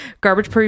garbage